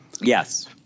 Yes